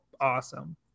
awesome